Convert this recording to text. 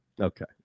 Okay